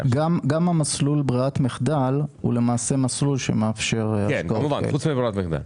גם המסלול בררת מחדל הוא למעשה מסלול שמאפשר השקעות כאלה.